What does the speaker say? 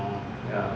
orh